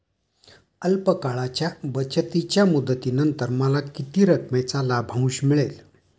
अल्प काळाच्या बचतीच्या मुदतीनंतर मला किती रकमेचा लाभांश मिळेल?